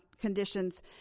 conditions